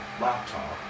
laptop